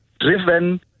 driven